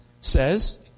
says